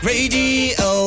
Radio